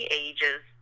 ages